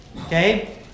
okay